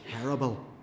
terrible